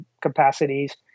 capacities